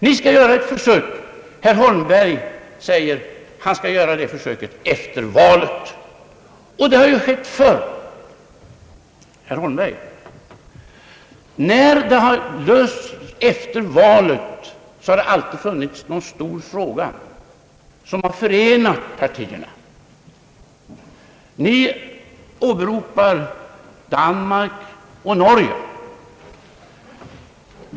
Ni skall göra ett försök, och herr Holmberg säger att han skall göra det försöket efter valet. Detta har ju skett förr, herr Holmberg. När det lösts efter valet har det alltid funnits någon stor fråga som förenat partierna. Ni åberopar Danmark och Norge.